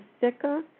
sicker